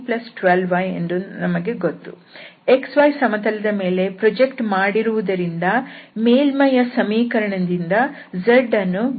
xy ಸಮತಲದ ಮೇಲೆ project ಮಾಡಿರುವುದರಿಂದ ಮೇಲ್ಮೈಯ ಸಮೀಕರಣದಿಂದ z ಅನ್ನು ಬದಲಿಸುತ್ತೇವೆ